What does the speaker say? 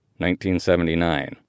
1979